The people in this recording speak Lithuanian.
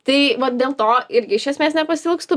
tai vat dėl to irgi iš esmės nepasiilgstu